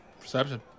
Perception